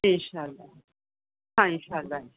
انشاء اللہ ہاں انشاء اللہ